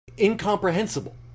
incomprehensible